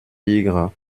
bigre